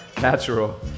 Natural